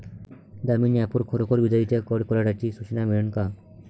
Damini app वर खरोखर विजाइच्या कडकडाटाची सूचना मिळन का?